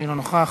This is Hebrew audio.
אינו נוכח,